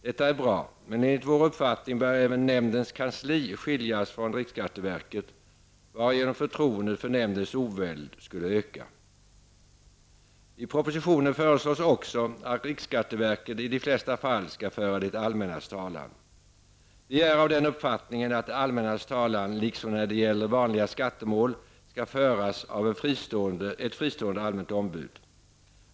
Detta är bra, men enligt vår uppfattning bör även nämndens kansli skiljas från riksskatteverket, varigenom förtroendet för nämndens oväld skulle öka. I propositionen föreslås också att riksskatteverket i de flesta fall skall föra det allmännas talan. Vi är av den uppfattningen att det allmännas talan liksom när det gäller vanliga skattemål skall föras av ett fristående allmänt ombud.